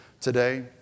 today